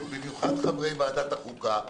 במיוחד חברי ועדת החוקה,